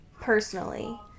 personally